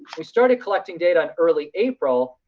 we started collecting data on early april.